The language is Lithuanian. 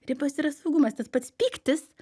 ribos yra saugumas tas pats pyktis